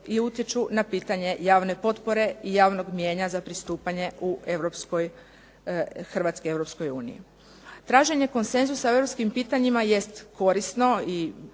i utječu na pitanje javne potpore i javnog mnijenja za pristupanje Hrvatske EU. Traženje konsenzusa u europskim pitanjima jest korisno i